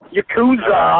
Yakuza